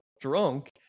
drunk